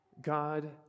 God